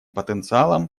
потенциалом